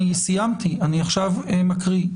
אני עכשיו מקריא.